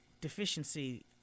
deficiency